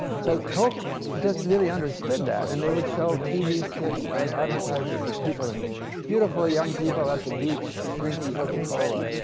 so coke just really understood that, and they would show tv skits on advertisements of people, and beautiful young people at the beach, drinking coca-cola.